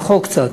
רחוק קצת,